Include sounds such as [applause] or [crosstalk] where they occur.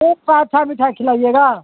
[unintelligible] کا اچھا مٹھائی کھلائیے گا